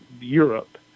Europe